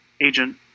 agent